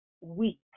weak